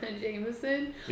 Jameson